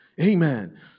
Amen